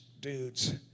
dudes